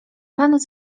pan